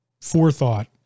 forethought